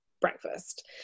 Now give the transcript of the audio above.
breakfast